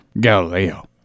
Galileo